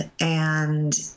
and-